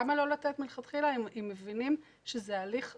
למה לא לתת מלכתחילה אם מבינים שזה הליך נכון?